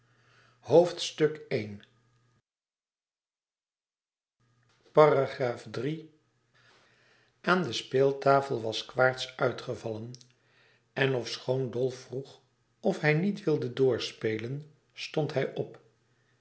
aan de speeltafel was quaerts uitgevallen en ofschoon dolf vroeg of hij niet wilde doorspelen stond hij op